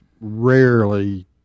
rarely